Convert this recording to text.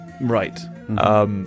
right